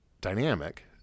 Dynamic